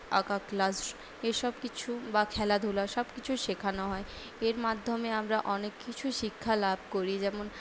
আঁকা ক্লাস এসব কিছু বা খেলাধূলা সবকিছু শেখানো হয় এর মাধ্যমে আমরা অনেক কিছু শিক্ষা লাভ করি যেমন